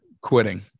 quitting